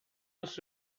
must